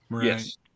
Yes